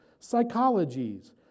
psychologies